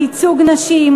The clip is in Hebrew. על ייצוג נשים,